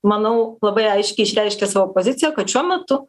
manau labai aiškiai išreiškė savo poziciją kad šiuo metu